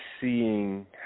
seeing